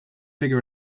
figure